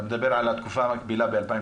אתה מדבר על התקופה המקבילה ב-2019?